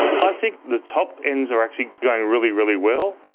i think the top ends are actually going really, really well,